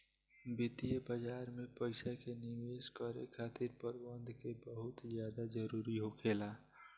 वित्तीय बाजार में पइसा के निवेश करे खातिर प्रबंधन के बहुत ज्यादा जरूरी होखेला